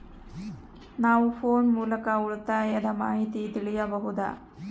ನಾವು ಫೋನ್ ಮೂಲಕ ಉಳಿತಾಯದ ಮಾಹಿತಿ ತಿಳಿಯಬಹುದಾ?